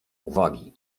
uwagi